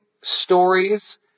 stories